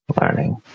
Learning